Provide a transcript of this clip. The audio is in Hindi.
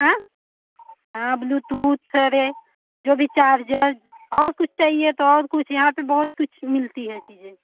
अच्छा ब्लूटूथ रे जो भी चार्जर और कुछ चाहिए तो और कुछ यहाँ पर बहुत कुछ मिलती है चीज़ें